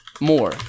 more